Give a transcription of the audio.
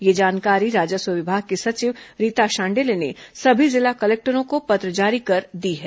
यह जानकारी राजस्व विभाग की सचिव रीता शांडिल्य ने सभी जिला कलेक्टरों को पत्र जारी कर दी है